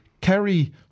Kerry